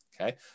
okay